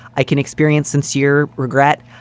i can experience sincere regret.